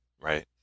Right